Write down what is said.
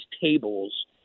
tables